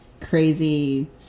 crazy